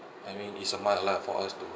I mean is a must lah for us to